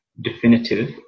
definitive